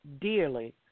dearly